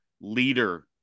leader